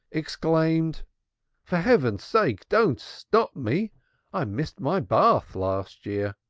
exclaimed for heaven's sake, don't stop me i missed my bath last year.